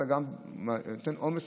אתה גם נותן עומס